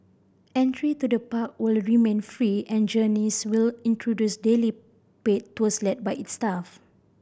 entry to the park will remain free and Journeys will introduce daily paid tours led by its staff